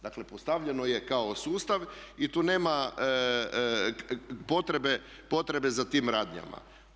Dakle postavljeno je kao sustav i tu nema potrebe za tim radnjama.